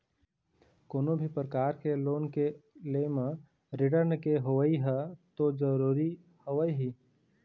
कोनो भी परकार के लोन के ले म रिर्टन के होवई ह तो जरुरी हवय ही